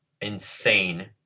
insane